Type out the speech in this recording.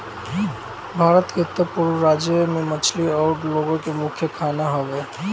भारत के उत्तर पूरब के राज्य में मछली उ लोग के मुख्य खाना हवे